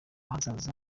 hazaza